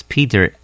Peter